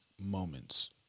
moments